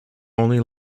only